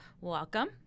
welcome